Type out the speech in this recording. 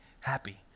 happy